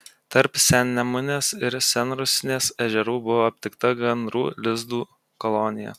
tarp sennemunės ir senrusnės ežerų buvo aptikta gandrų lizdų kolonija